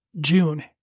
June